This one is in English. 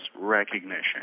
recognition